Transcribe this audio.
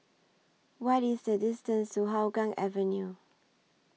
What IS The distance to Hougang Avenue